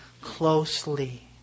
closely